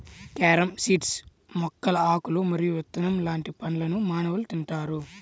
carom seeds మొక్కల ఆకులు మరియు విత్తనం లాంటి పండ్లను మానవులు తింటారు